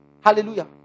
Hallelujah